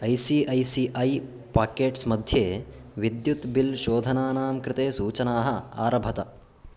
I C I C I Pockets मध्ये विद्युत् bill शोधनानां कृते सूचनाः आरभत